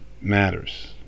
matters